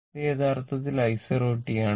ഇത് യഥാർത്ഥത്തിൽ i0 t ആണ്